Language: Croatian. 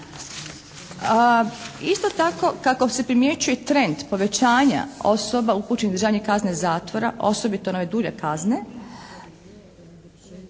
Isto tako kako se primjećuje trend povećanja osoba upućenih na izdržavanje kazne zatvora osobito na ove dulje kazne,